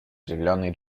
удивленный